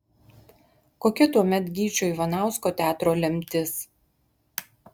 kokia tuomet gyčio ivanausko teatro lemtis